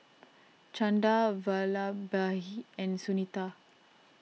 Chanda Vallabhbhai and Sunita